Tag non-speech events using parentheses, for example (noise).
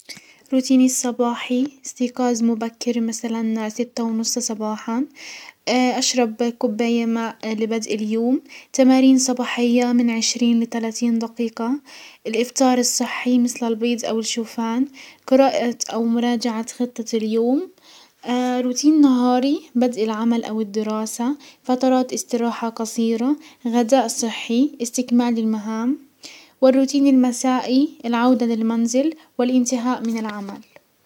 روتيني الصباحي استيقاز مبكر مسلا ستة ونص صباحا، (hesitation) اشرب كوباية ماء لبدء اليوم، تمارين صباحية من عشرين لتلاتين دقيقة، الافطار الصحي مسل البيض او الشوفان، قراءة او مراجعة خطة اليوم، (hesitation) روتين نهاري بدأ العمل او الدراسة، فترات استراحة قصيرة ، غذاء صحي، استكمال المهام، والروتين المسائي العودة للمنزل والانتهاء من العمل.